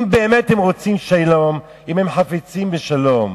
אם באמת הם רוצים שלום, אם הם חפצים בשלום,